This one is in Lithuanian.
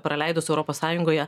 praleidus europos sąjungoje